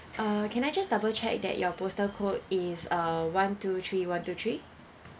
uh can I just double check that your postal code is uh one two three one two three